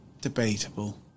debatable